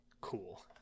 Cool